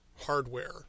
hardware